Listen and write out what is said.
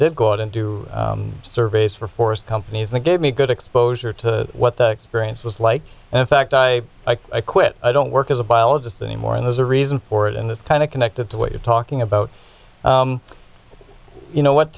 did go out and do surveys for forest companies and gave me good exposure to what that experience was like and in fact i quit i don't work as a biologist anymore and there's a reason for it and it's kind of connected to what you're talking about you know what